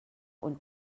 und